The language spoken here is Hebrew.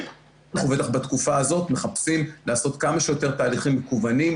בטח ובטח בתקופה הזאת מחפשים לעשות כמה שיותר תהליכים מקוונים,